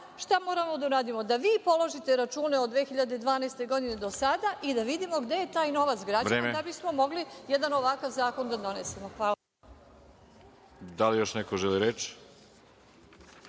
šta moramo da uradimo? Da vi položite račune od 2012. godine do sada i da vidimo gde je taj novac građana, da bismo mogli jedan ovakav zakon da donesemo. Hvala. **Veroljub Arsić**